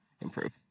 improve